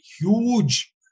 huge